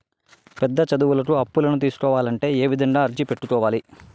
పెద్ద చదువులకు అప్పులను తీసుకోవాలంటే ఏ విధంగా అర్జీ పెట్టుకోవాలి?